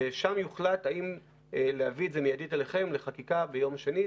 ושם יוחלט האם להביא את זה מיידית אליכם לחקיקה ביום שני,